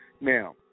Now